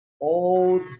old